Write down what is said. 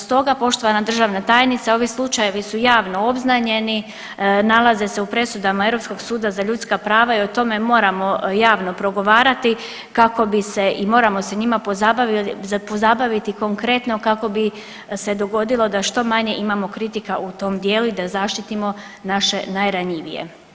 Stoga, poštovana državna tajnice, ovi slučajevi su javno obznanjeni, nalaze se u presudama Europskog suda za ljudska prava i o tome moramo javno progovarati kako bi se, i moramo se njima pozabaviti konkretno kako bi se dogodilo da što manje imamo kritika u tom dijelu i da zaštitimo naše najranjivije.